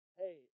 hey